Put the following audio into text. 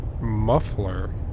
muffler